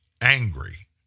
angry